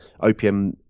OPM